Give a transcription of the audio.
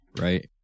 right